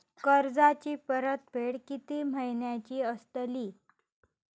कर्जाची परतफेड कीती महिन्याची असतली?